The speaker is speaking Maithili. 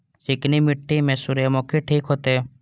चिकनी मिट्टी में सूर्यमुखी ठीक होते?